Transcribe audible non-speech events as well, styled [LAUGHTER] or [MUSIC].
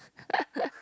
[LAUGHS]